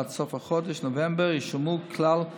ועד סוף חודש נובמבר ישולמו כלל החשבונות.